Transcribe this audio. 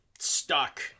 Stuck